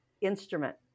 instrument